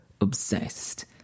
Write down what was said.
obsessed